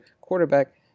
quarterback